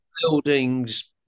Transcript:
buildings